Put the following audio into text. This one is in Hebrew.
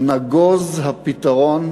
נגוז הפתרון,